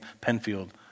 Penfield